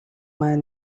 man